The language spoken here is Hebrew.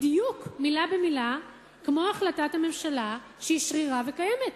בדיוק מלה במלה כמו החלטת ממשלה שהיא שרירה וקיימת,